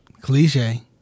Cliche